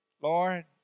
Lord